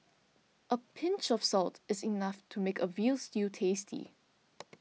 a pinch of salt is enough to make a Veal Stew tasty